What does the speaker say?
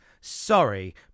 Sorry